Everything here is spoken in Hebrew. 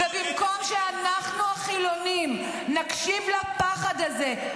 ובמקום שאנחנו החילונים נקשיב לפחד הזה,